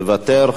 מוותר.